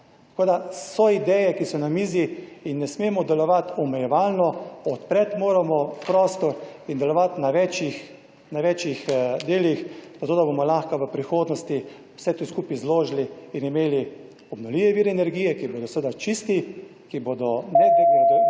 Tako da so ideje, ki so na mizi in ne smemo delovati omejevalno. Odpreti moramo prostor in delovati na večih delih, zato da bomo lahko v prihodnosti vse to skupaj zložili in imeli obnovljive vire energije, ki bodo seveda čisti, ki bodo nedegradujoči